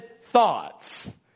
thoughts